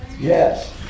yes